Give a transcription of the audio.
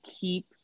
keep